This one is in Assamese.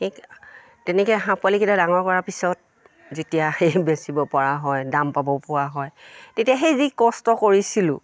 সেই তেনেকৈ হাঁহ পোৱালিকেইটা ডাঙৰ কৰাৰ পিছত যেতিয়া সেই বেচিব পৰা হয় দাম পাব পৰা হয় তেতিয়া সেই যি কষ্ট কৰিছিলোঁ